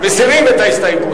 מסירים את ההסתייגות.